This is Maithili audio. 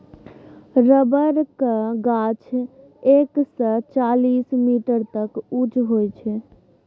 रबरक गाछ एक सय चालीस मीटर तक उँच होइ छै